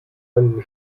einen